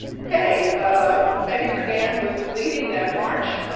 okay, ah, betty friedan was leading that march,